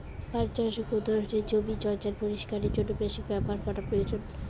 পাট চাষে কোন ধরনের জমির জঞ্জাল পরিষ্কারের জন্য মেশিন ব্যবহার করা প্রয়োজন?